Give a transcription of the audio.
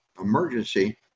emergency